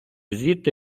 звідти